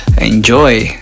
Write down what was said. enjoy